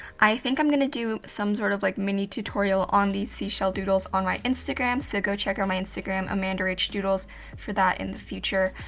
i think i'm gonna do some sort of like mini tutorial on the seashell doodles on my instagram. so go check out my instagram, amandarachdoodles for that in the future.